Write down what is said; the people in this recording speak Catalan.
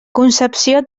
concepció